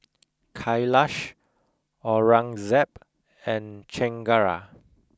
Kailash Aurangzeb and Chengara